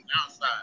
outside